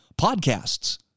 podcasts